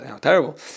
terrible